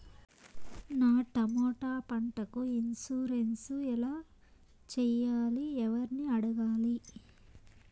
నా టమోటా పంటకు ఇన్సూరెన్సు ఎలా చెయ్యాలి? ఎవర్ని అడగాలి?